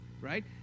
right